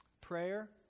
Prayer